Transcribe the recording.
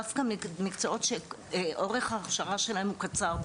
דווקא מקצועות שאורך ההכשרה שלהם הוא קצר,